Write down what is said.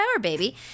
baby